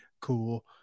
Cool